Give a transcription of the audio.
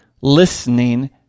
listening